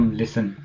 listen